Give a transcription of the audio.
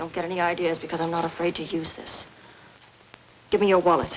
don't get any ideas because i'm not afraid to use this give me a w